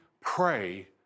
pray